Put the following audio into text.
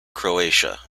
croatia